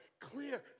clear